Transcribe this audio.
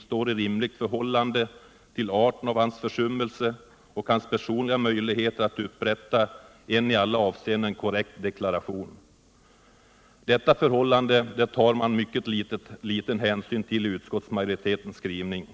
står i rimligt förhållande till arten av hans försummelse och hans personliga möjligheter att upprätta en i alla avseenden korrekt deklaration. Detta förhållande tar man mycket liten hänsyn till i utskottsmajoritetens skrivning.